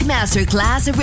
Masterclass